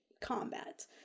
combat